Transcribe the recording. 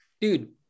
dude